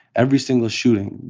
every single shooting,